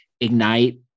ignite